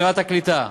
שרת הקליטה.